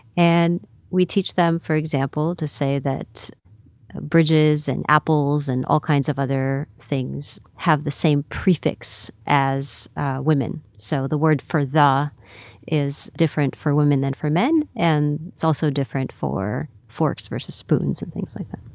and we teach them, for example, to say that bridges and apples and all kinds of other things have the same prefix as women. so the word for the is different for women than for men, and it's also different for forks versus spoons and things like that.